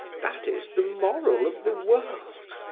that is the moral of the world,